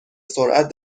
سرعت